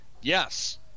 yes